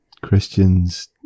Christian's